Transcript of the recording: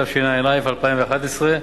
התשע"א 2011,